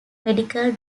medical